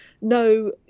no